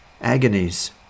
agonies